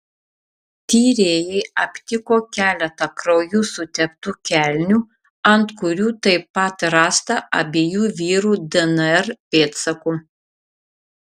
tyrėjai aptiko keletą krauju suteptų kelnių ant kurių taip pat rasta abiejų vyrų dnr pėdsakų